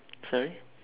sorry